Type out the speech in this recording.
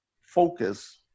focus